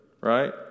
right